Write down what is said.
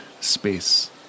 space